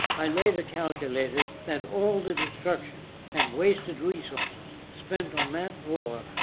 i later calculated that all the destruction and wasted resources spent on that war.